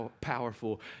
powerful